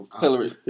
Hillary